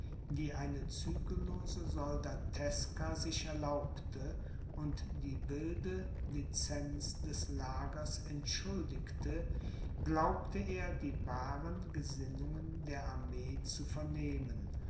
die eine zügellose soldateska sich erlaubte und die wilde licenz des lagers entschuldigte glaubte er die wahren gesinnungen der armee zu vernehmen